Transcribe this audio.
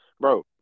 Bro